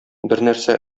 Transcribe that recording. бернәрсә